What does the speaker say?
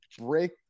break